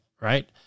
right